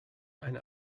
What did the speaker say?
eine